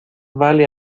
vale